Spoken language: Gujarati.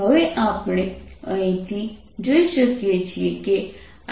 હવે આપણે અહીંથી જોઈ શકીએ છીએ કે II1I2 છે